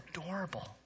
adorable